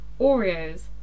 Oreos